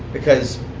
because